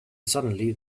suddenly